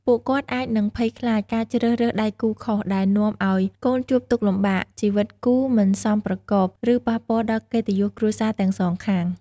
ពួកគាត់អាចនឹងភ័យខ្លាចការជ្រើសរើសដៃគូខុស ដែលនាំឱ្យកូនជួបទុក្ខលំបាក ជីវិតគូមិនសមប្រកប ឬប៉ះពាល់ដល់កិត្តិយសគ្រួសារទាំងសងខាង។